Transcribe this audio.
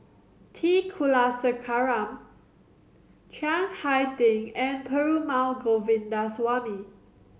T Kulasekaram Chiang Hai Ding and Perumal Govindaswamy